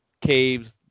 caves